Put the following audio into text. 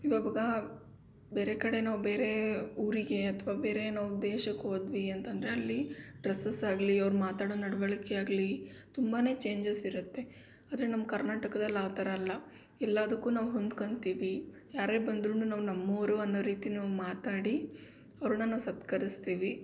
ಇವಾಗ ಬೇರೆ ಕಡೆ ನಾವು ಬೇರೆ ಊರಿಗೆ ಅಥವಾ ಬೇರೇನೋ ಉದ್ದೇಶಕ್ಕೆ ಹೋದ್ವಿ ಅಂತ ಅಂದರೆ ಅಲ್ಲಿ ಡ್ರಸ್ಸಸ್ ಆಗಲಿ ಅವ್ರು ಮಾತಾಡೋ ನಡವಳ್ಕೆ ಆಗಲಿ ತುಂಬಾ ಚೇಂಜಸ್ ಇರುತ್ತೆ ಆದರೆ ನಮ್ಮ ಕರ್ನಾಟಕದಲ್ಲಿ ಆ ಥರ ಅಲ್ಲ ಎಲ್ಲದಕ್ಕೂ ನಾವು ಹೊಂದ್ಕೊಂತೀವಿ ಯಾರೇ ಬಂದ್ರು ನಾವು ನಮ್ಮೋರು ಅನ್ನೋ ರೀತಿ ನಾವು ಮಾತಾಡಿ ಅವರನ್ನ ನಾವು ಸತ್ಕರಿಸ್ತೀವಿ